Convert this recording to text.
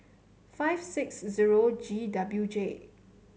five six zero G W J